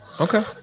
okay